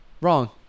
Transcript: Wrong